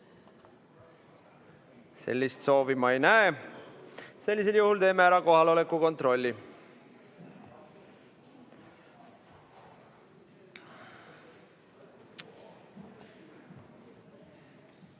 Sellist soovi ma ei näe. Sellisel juhul teeme ära kohaloleku kontrolli.